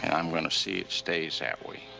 and i'm gonna see it stays that way.